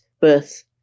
birth